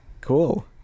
Cool